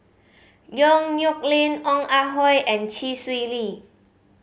Yong Nyuk Lin Ong Ah Hoi and Chee Swee Lee